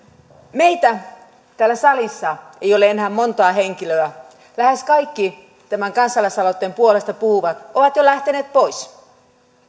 meitä täällä salissa ei ole enää montaa henkilöä lähes kaikki tämän kansalaisaloitteen puolesta puhuvat ovat jo lähteneet pois